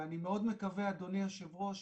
אני מאוד מקווה, אדוני יושב הראש,